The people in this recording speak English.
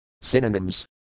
Synonyms